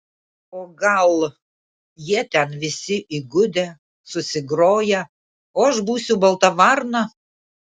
o gal jie ten visi įgudę susigroję o aš būsiu balta varna